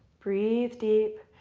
breathe deep.